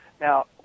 Now